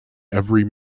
every